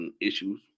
issues